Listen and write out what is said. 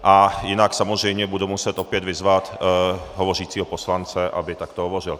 A jinak samozřejmě budu muset opět vyzvat hovořícího poslance, aby takto hovořil.